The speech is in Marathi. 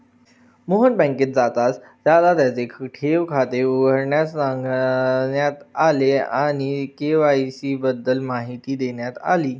मोहन बँकेत जाताच त्याला त्याचे ठेव खाते उघडण्यास सांगण्यात आले आणि के.वाय.सी बद्दल माहिती देण्यात आली